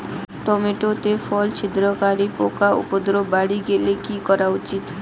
Tomato তে ফল ছিদ্রকারী পোকা উপদ্রব বাড়ি গেলে কি করা উচিৎ?